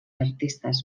artistes